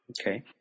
Okay